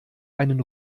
einen